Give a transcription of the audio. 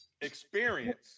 experience